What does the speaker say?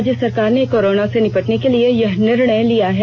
राज्य सरकार ने कोरोना से निपटने के लिए यह निर्णयें लिया है